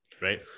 Right